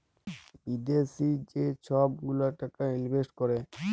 বিদ্যাশি যে ছব গুলা টাকা ইলভেস্ট ক্যরে